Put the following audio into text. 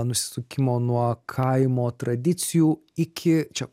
nusisukimo nuo kaimo tradicijų iki čia